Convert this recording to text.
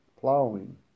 plowing